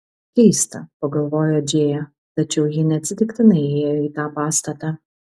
keista pagalvojo džėja tačiau ji neatsitiktinai įėjo į tą pastatą